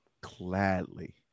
gladly